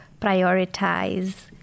prioritize